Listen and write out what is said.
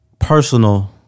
Personal